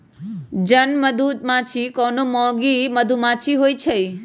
जन मधूमाछि कोनो मौगि मधुमाछि होइ छइ